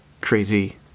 crazy